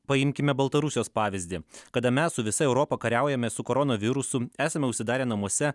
paimkime baltarusijos pavyzdį kada mes su visa europa kariaujame su koronavirusu esame užsidarę namuose